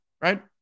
right